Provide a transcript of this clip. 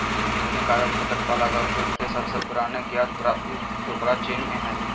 आधुनिक कागज के तत्काल अग्रदूत के सबसे पुराने ज्ञात पुरातात्विक टुकड़ा चीन में हइ